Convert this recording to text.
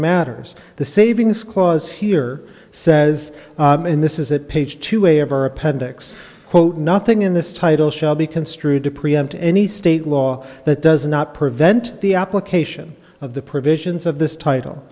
matters the saving this clause here says and this is it page two a of our appendix quote nothing in this title shall be construed to preempt any state law that does not prevent the application of the provisions of this title